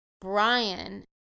Brian